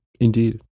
Indeed